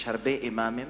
יש הרבה אימאמים,